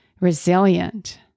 resilient